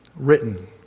Written